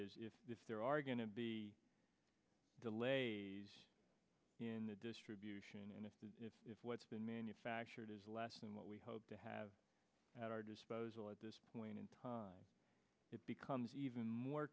is if there are going to be delays in the distribution and if what's been manufactured is less than what we hope to have at our disposal at this point in time it becomes even more